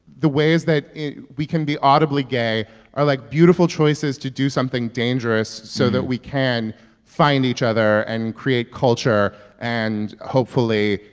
the ways that we can be audibly gay are, like, beautiful choices to do something dangerous so that we can find each other and create culture and hopefully,